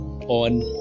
on